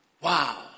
Wow